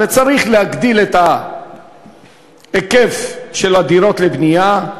וצריך להגדיל את ההיקף של הדירות המאושרות לבנייה,